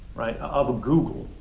right, of a google,